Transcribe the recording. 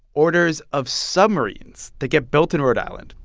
orders of submarines that get built in rhode island.